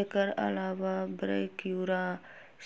एकर अलावा ब्रैक्यूरा,